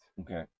Okay